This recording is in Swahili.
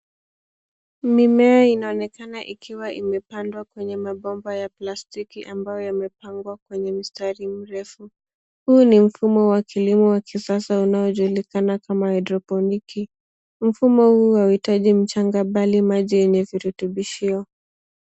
Mimea inaonekana ikiwa imepandwa kwenye mabomba ya plastiki ambayo yamepangwa kwenye mstari mirefu. Huu ni mfumo wa kilimo wa kisasaunaojulikana kama haidroponiki .Mfumo huu hauitaji mchanga mbali maji yenye virutubisho.